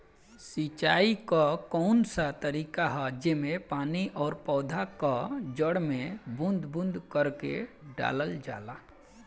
सिंचाई क कउन सा तरीका ह जेम्मे पानी और पौधा क जड़ में बूंद बूंद करके डालल जाला?